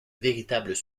véritables